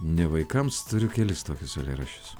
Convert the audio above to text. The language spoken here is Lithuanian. ne vaikams turiu kelis tokius eilėraščius